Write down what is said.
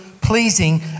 pleasing